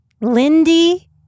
Lindy